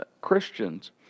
Christians